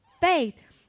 faith